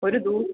ഒരു ദൂ